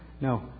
no